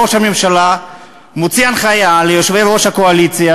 ראש הממשלה מוציא הנחיה ליושבי-ראש הקואליציה